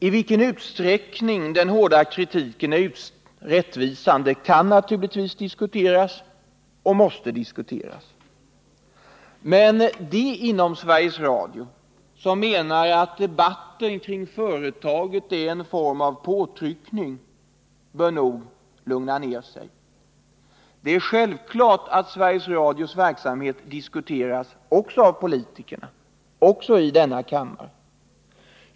I vilken utsträckning den hårda kritiken är rättvisande kan naturligtvis diskuteras och måste diskuteras. Men de inom Sveriges Radio som menar att debatten kring företaget är en form av påtryckning bör nog lugna ner sig. Det är självklart att Sveriges Radios verksamhet diskuteras också av politikerna, också i denna kammare.